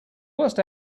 worst